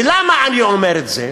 ולמה אני אומר את זה?